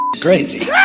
crazy